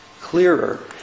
clearer